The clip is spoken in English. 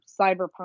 cyberpunk